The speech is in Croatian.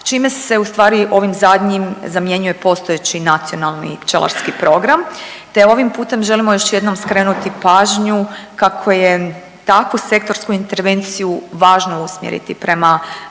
čime se u stvari ovim zadnjim zamjenjuje postojeći nacionalni pčelarski program te ovim putem želimo još jednom skrenuti pažnju kako je takvu sektorsku intervenciju važno usmjeriti prema